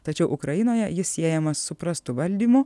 tačiau ukrainoje jis siejamas su prastu valdymu